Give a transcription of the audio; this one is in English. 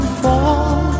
fall